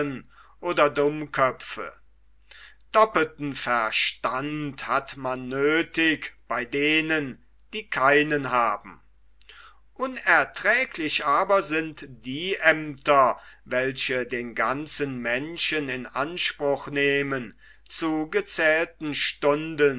oder dummköpfe doppelten verstand hat man nöthig bei denen die keinen haben unerträglich aber sind die aemter welche den ganzen menschen in anspruch nehmen zu gezählten stunden